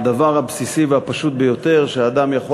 הדבר הבסיסי והפשוט ביותר: שאדם יכול